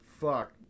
fuck